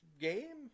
game